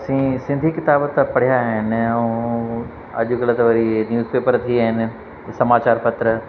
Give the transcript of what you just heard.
असीं सिंधी किताब सभु पढ़िया आहिनि ऐं अॼुकल्ह त वरी न्यूज़पेपर थी या आहिनि समाचार पत्र